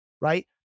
right